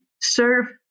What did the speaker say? serve